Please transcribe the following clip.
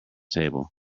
table